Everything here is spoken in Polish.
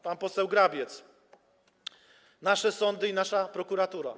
Pan poseł Grabiec - nasze sądy i nasza prokuratura.